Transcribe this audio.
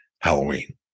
Halloween